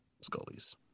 Scully's